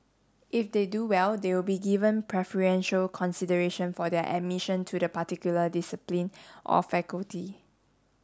if they do well they will be given preferential consideration for their admission to the particular discipline or faculty